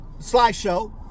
Slideshow